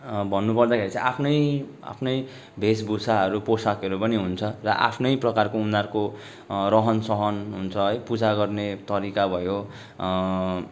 भन्नु पर्दाखेरि चाहिँ आफ्नै आफ्नै भेषभूषाहरू पोसाकहरू पनि हुन्छ र आफ्नै प्रकारको उनीहरूको रहन सहन हुन्छ है पूजा गर्ने तरिका भयो